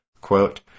quote